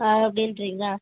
ஆ அப்படின்ட்றீங்களா